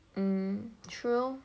mm true